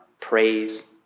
Praise